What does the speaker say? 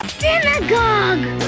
synagogue